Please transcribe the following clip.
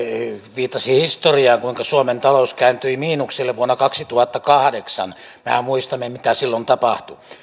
viittasi historiaan kuinka suomen talous kääntyi miinukselle vuonna kaksituhattakahdeksan mehän muistamme mitä silloin tapahtui